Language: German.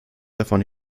davon